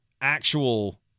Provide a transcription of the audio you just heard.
actual